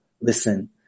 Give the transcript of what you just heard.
listen